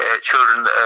children